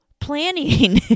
planning